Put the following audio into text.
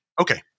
Okay